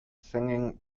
singing